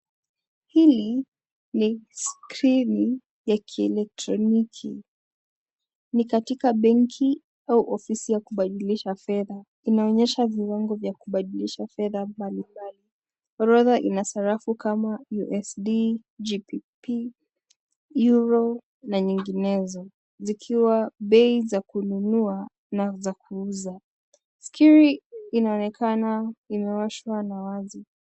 Hili ni skrini ya kielectroniki ni katika benki au ofisi ya kubadilisha fedha inaonyesha viwango vya kubadilisha fedha mbalimbali. Orodha ina sarafu kama USD, GPP, EURO na nyinginezo zikiwa bei za kununua na za kuuza, skrini inaonekana imewashwa na wazi.